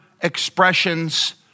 expressions